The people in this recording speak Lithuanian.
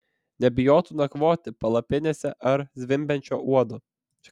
nebijotų nakvoti palapinėse ar zvimbiančio uodo